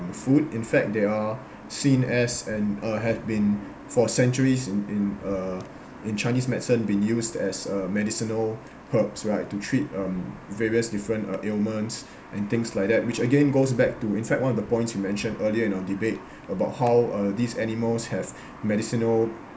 food in fact they are seen as and uh have been for centuries in in uh in chinese medicine been used as a medicinal herbs right to treat um various different uh ailments and things like that which again goes back to in fact one of the points you mentioned earlier in our debate about how uh these animals have medicinal